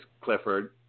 Clifford